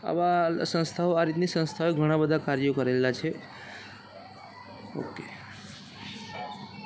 આવા સંસ્થાઓ આ રીતની સંસ્થાઓએ ઘણા કાર્યો કરેલા છે ઓ કે